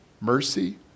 mercy